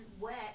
wet